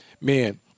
Man